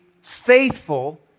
faithful